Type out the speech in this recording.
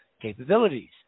capabilities